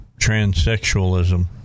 transsexualism